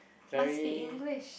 must be English